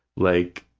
like,